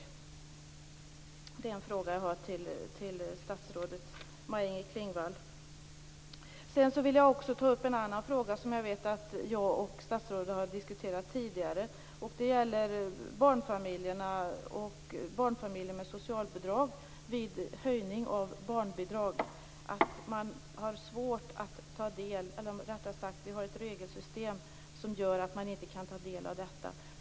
Det är en fråga jag har till statsrådet Maj-Inger Klingvall. Jag vill också ta upp en annan fråga, som jag vet att jag och statsrådet har diskuterat tidigare. Det gäller situationen för barnfamiljer med socialbidrag vid en höjning av barnbidraget. Vi har ett regelsystem som gör att man inte kan ta del av detta.